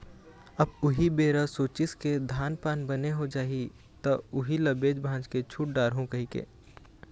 अब उही बेरा सोचिस के धान पान बने हो जाही त उही ल बेच भांज के छुट डारहूँ कहिके